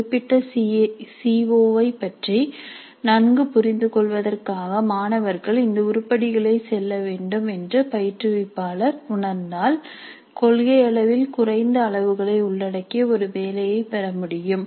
குறிப்பிட்ட சிஓ ஐப் பற்றி நன்கு புரிந்துகொள்வதற்காக மாணவர்கள் இந்த உருப்படிகளைச் செல்ல வேண்டும் என்று பயிற்றுவிப்பாளர் உணர்ந்தால் கொள்கையளவில் குறைந்த அளவுகளை உள்ளடக்கிய ஒரு வேலையைப் பெற முடியும்